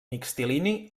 mixtilini